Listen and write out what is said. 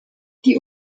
die